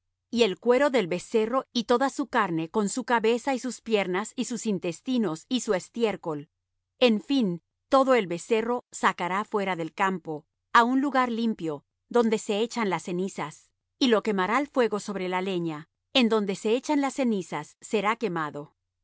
y el cuero del becerro y toda su carne con su cabeza y sus piernas y sus intestinos y su estiércol en fin todo el becerro sacará fuera del campo á un lugar limpio donde se echan las cenizas y lo quemará al fuego sobre la leña en donde se echan las cenizas será quemado